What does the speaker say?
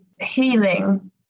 healing